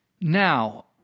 Now